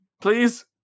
please